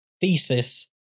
thesis